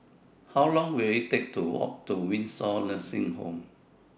How Long Will IT Take to Walk to Windsor Nursing Home